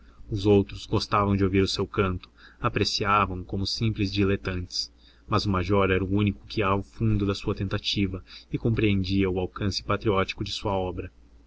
os outros gostavam de ouvir o seu canto apreciavam como simples diletantes mas o major era o único que ia ao fundo da sua tentativa e compreendia o alcance patriótico de sua obra